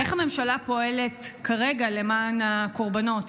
איך הממשלה פועלת כרגע למען הקורבנות?